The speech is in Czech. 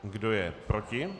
Kdo je proti?